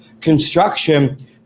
construction